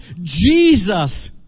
Jesus